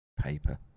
paper